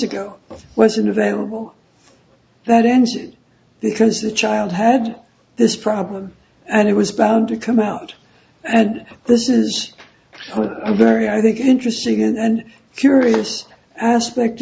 ago wasn't available that ended because the child had this problem and it was bound to come out and this is a very i think interesting and curious aspect